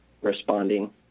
responding